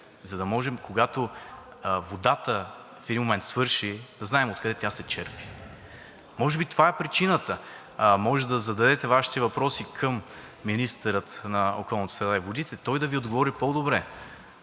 за да можем, когато водата в един момент свърши, да знаем откъде тя се черпи. Може би това е причината, а може да зададете Вашите въпроси към министъра на околната среда и водите, той да Ви отговори по-добре.